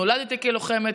נולדתי כלוחמת,